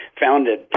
founded